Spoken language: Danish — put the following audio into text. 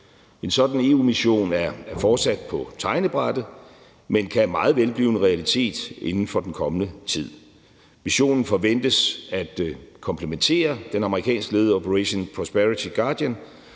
En sådan EU-mission er fortsat på tegnebrættet, men kan meget vel blive en realitet i den kommende tid. Missionen forventes at komplementere den amerikanskledede Operation Prosperity Guardian,